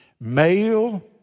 male